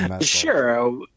sure